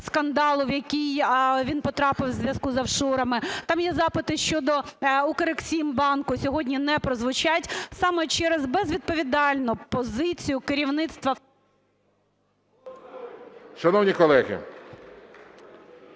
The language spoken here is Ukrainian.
скандалу, в який він потрапив у зв'язку з офшорами, там є запити щодо Укрексімбанку, сьогодні не прозвучать саме через безвідповідальну позицію керівництва… ГОЛОВУЮЧИЙ. Шановні колеги,